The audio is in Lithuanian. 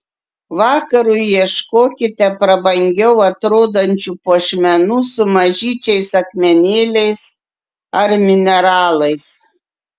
vakarui ieškokite prabangiau atrodančių puošmenų su mažyčiais akmenėliais ar mineralais